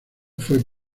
fue